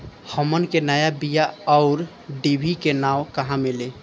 हमन के नया बीया आउरडिभी के नाव कहवा मीली?